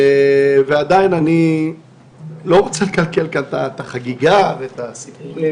ועדיין אני לא רוצה לקלקל כאן את החגיגה ואת הסיפורים